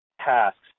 tasks